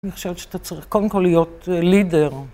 אני חושבת שאתה צריך קודם כל להיות leader.